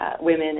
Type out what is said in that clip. women